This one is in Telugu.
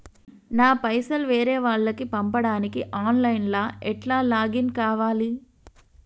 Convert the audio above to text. నా పైసల్ వేరే వాళ్లకి పంపడానికి ఆన్ లైన్ లా ఎట్ల లాగిన్ కావాలి?